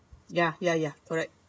ya ya ya correct